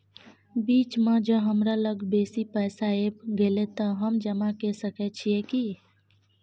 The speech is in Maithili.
बीच म ज हमरा लग बेसी पैसा ऐब गेले त हम जमा के सके छिए की?